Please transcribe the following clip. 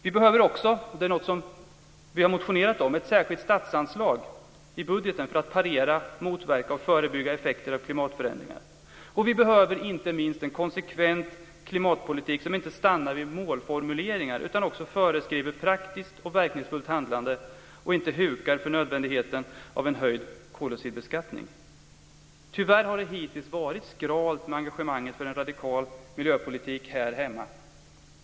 Vi behöver också - något som vi har motionerat om - ett särskilt statsanslag i statsbudgeten för att parera, motverka och förebygga effekter av klimatförändringar. Och inte minst behöver vi en konsekvent klimatpolitik som inte stannar vid målformuleringar utan också föreskriver praktiskt och verkningsfullt handlande och inte hukar för nödvändigheten av höjd koldioxidbeskattning. Tyvärr har det hittills varit skralt med engagemanget för en radikal miljöpolitik härhemma.